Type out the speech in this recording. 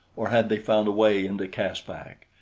or had they found a way into caspak?